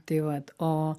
tai vat o